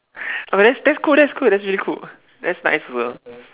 oh no that's that's cool that's cool that's really cool that's nice also